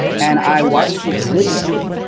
and i watched you religiously,